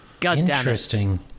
Interesting